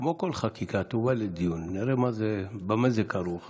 כמו כל חקיקה היא תובא לדיון, ונראה במה זה כרוך.